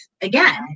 again